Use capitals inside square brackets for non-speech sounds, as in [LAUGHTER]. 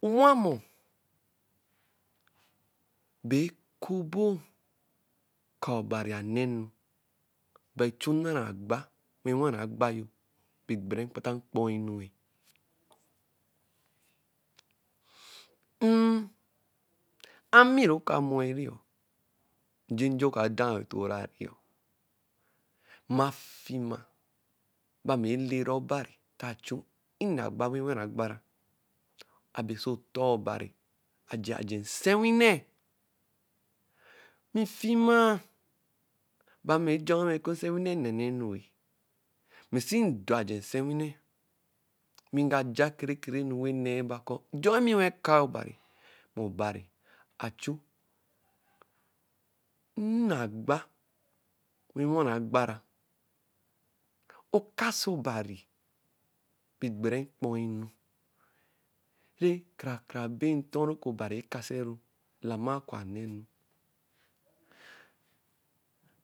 Awa wamo, baekobo ko obari wanenu bae chu nara agba wena agbayo bae bere mpata kpo anu eh, ami ra ka moi njenje oka da otoo rah ma fiema ame laero obari a chu nne agba wen ogbara, abi so tor obari ajeajen. Sewine ifiema ba mi joinwe oku-sewine na anu, in do ajen nsewine, nga jah kerekere anu neeba kor jon me kai oban obari a chu nne agba si wen agbara okasobari [UNINTELLIGIBLE] krakrabanton ra kaseru, lamar kor anenu.